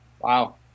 Wow